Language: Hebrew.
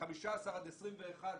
ל-15 עד 21,